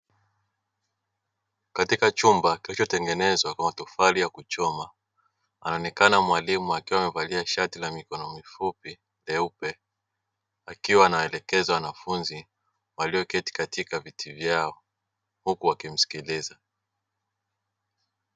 Katika chumba kilichotengenezwa kwa matofali ya kuchoma, anaonekana mwalimu akiwa amevalia shati la mikono mifupi jeupe akiwa anawaelekeza wanafunzi walioketi katika viti vyao huku wakimsikiliza.